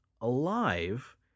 alive